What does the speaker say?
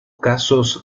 casos